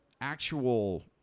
actual